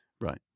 Right